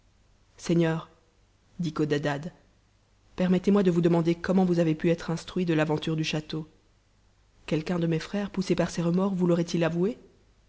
seigneur dit codadad permettezmoi de vous demander comment vous avez pu être instruit de l'aventure lu château quelqu'un de mes frères poussé par ses remords vous l'aurait-il avouée